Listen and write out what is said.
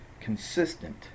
consistent